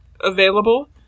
available